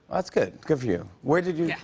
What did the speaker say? that's good, good for you. where did you yeah